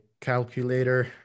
calculator